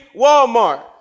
Walmart